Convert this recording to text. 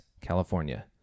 California